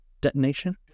detonation